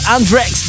Andrex